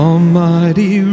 Almighty